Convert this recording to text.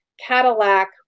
Cadillac